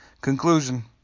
Conclusion